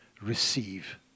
receive